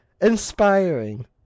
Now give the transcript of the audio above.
inspiring